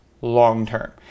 long-term